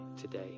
today